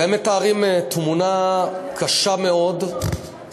והם מתארים תמונה קשה מאוד,